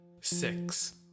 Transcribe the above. six